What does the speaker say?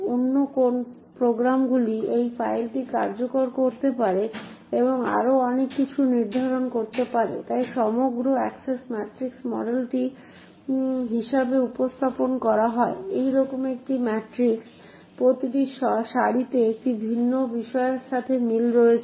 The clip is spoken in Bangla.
অন্য কোন প্রোগ্রামগুলি যে ফাইলটি কার্যকর করতে পারে এবং আরও অনেক কিছু নির্ধারণ করতে পারে তাই সমগ্র অ্যাক্সেস ম্যাট্রিক্স মডেলটি হিসাবে উপস্থাপন করা হয় এইরকম একটি ম্যাট্রিক্স প্রতিটি সারিতে একটি ভিন্ন বিষয়ের সাথে মিল রয়েছে